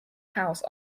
house